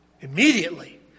immediately